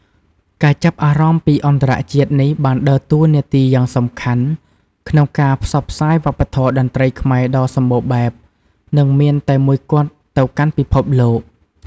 ការចាប់អារម្មណ៍ពីអន្តរជាតិនេះបានដើរតួនាទីយ៉ាងសំខាន់ក្នុងការ ផ្សព្វផ្សាយវប្បធម៌តន្ត្រីខ្មែរ ដ៏សម្បូរបែប និងមានតែមួយគត់ទៅកាន់ពិភពលោក។